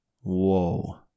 whoa